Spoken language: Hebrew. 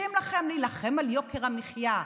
ושמבטיחים לכם להילחם ביוקר המחיה,